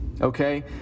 Okay